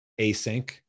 async